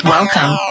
Welcome